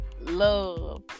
love